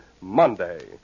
Monday